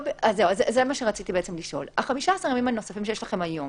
15 הימים הנוספים שיש לכם היום